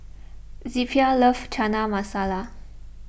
Zelpha loves Chana Masala